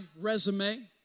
resume